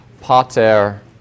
Pater